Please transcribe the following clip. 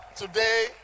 Today